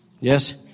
Yes